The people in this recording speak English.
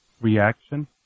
Reaction